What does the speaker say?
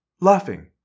laughing